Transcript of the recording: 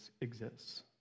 exists